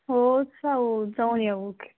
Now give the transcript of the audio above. हो जाऊ जाऊन येऊ ओके